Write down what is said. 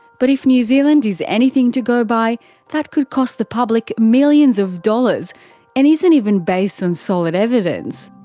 but if new zealand is anything to go by that could cost the public millions of dollars and isn't even based on solid evidence.